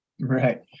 Right